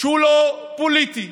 שאינו פוליטי,